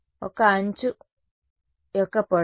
l అంచు యొక్క పొడవు